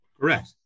Correct